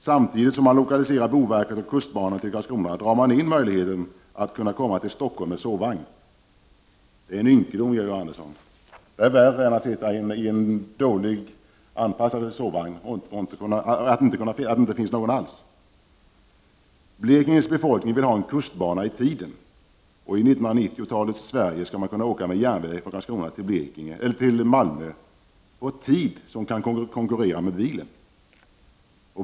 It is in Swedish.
Samtidigt som man lokaliserar boverket och kustbevakningen till Karlskrona drar man in möjligheten att komma till Stockholm med sovvagn. Det är en ynkedom, Georg Andersson! Det är värre att sitta i en dåligt anpassad sovvagn än att det inte finns någon alls. Blekinges befolkning vill ha en kustbana i tiden. I 1990-talets Sverige skall man kunna åka med järnväg från Karlskrona till Malmö på tid som kan konkurrera med bilen.